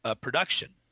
production